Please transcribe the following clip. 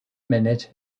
minute